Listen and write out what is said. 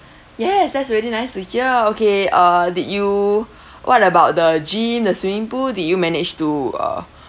yes that's really nice to hear okay uh did you what about the gym the swimming pool did you manage to uh